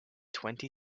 twenty